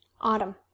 Autumn